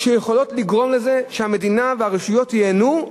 שיכולות לגרום לזה שהמדינה והרשויות ייהנו,